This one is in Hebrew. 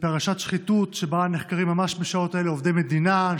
בפרשת שחיתות שבה נחקרים ממש בשעות אלה עובדי מדינה,